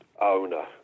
owner